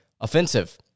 offensive